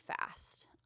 fast